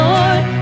Lord